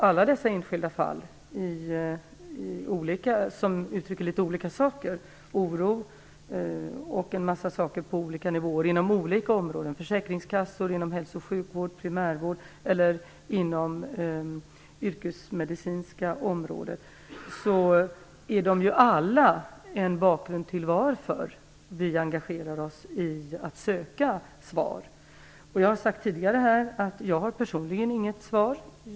Alla dessa enskilda fall är uttryck för litet olika saker: oro inom olika områden, som försäkringskassa, hälso och sjukvård, primärvård, yrkesmedicinska områden. Alla utgör bakgrund till varför vi engagerar oss i att söka svar. Jag har sagt tidigare att jag personligen inte har något svar.